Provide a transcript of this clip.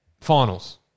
finals